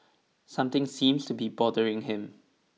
something seems to be bothering him